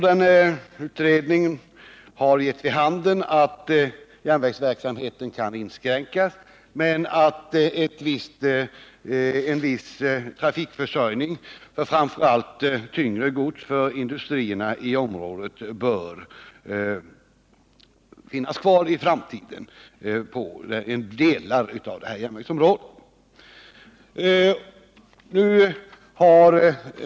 Den utredningen har givit vid handen att järnvägsverksamheten kan inskränkas men att en viss trafikförsörjning framför allt beträffande tyngre gods för industrierna i området bör finnas kvar i framtiden på delar av järnvägsområdet.